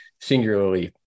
singularly